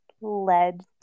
led